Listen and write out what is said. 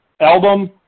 album